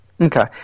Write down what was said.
Okay